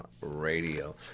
radio